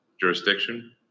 jurisdiction